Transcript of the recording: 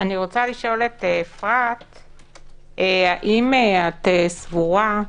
אני רוצה לשאול את אפרת, האם את סבורה,